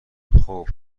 خوب